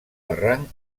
barranc